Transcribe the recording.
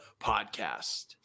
podcast